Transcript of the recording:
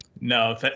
No